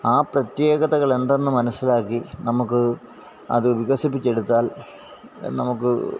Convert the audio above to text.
ആ പ്രത്യേകതകളെന്തെന്ന് മനസ്സിലാക്കി നമുക്ക് അത് വികസിപ്പിച്ചെടുത്താല് നമുക്ക്